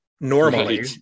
normally